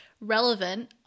relevant